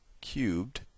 cubed